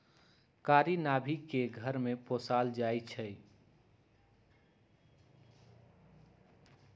कारी नार्भिक के घर में पोशाल जाइ छइ